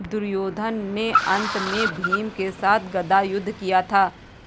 दुर्योधन ने अन्त में भीम के साथ गदा युद्ध किया था